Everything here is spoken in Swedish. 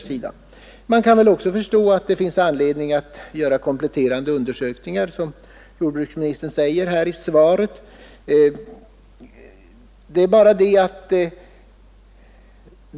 Man kan väl i och för sig förstå att det finns anledning att göra kompletterande undersökningar, som jordbruksministern säger i svaret.